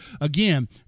again